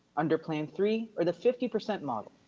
under plan three or the fifty percent model,